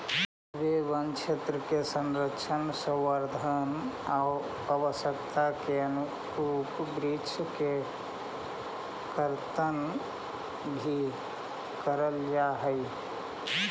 वे वनक्षेत्र के संरक्षण, संवर्धन आउ आवश्यकता के अनुरूप वृक्ष के कर्तन भी करल जा हइ